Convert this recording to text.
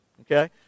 Okay